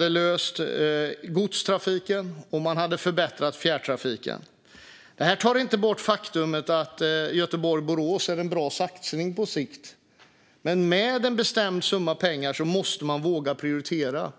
löst godstrafiken och förbättrat fjärrtrafiken. Detta tar inte bort det faktum att Göteborg-Borås är en bra satsning på sikt, men med en bestämd summa pengar måste man våga prioritera.